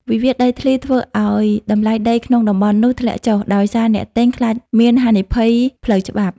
. វិវាទដីធ្លីធ្វើឱ្យតម្លៃដីក្នុងតំបន់នោះធ្លាក់ចុះ ដោយសារអ្នកទិញខ្លាចមានហានិភ័យផ្លូវច្បាប់។